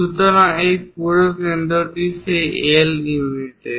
সুতরাং এই পুরো কেন্দ্রটি সেই L ইউনিটে